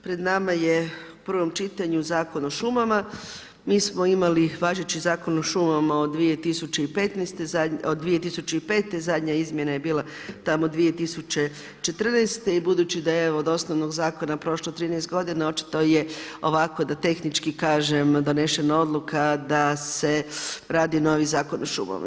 Pred nama je u prvom čitanju Zakon o šumama, mi smo imali važeći Zakon o šumama od 2005., zadnja izmjena je bila tamo 2014. i budući da je od osnovnog zakona prošlo 13 godina, očito je ovako da tehnički kažem, donesena odluka da se radi novi Zakon o šumama.